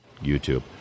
YouTube